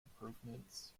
improvements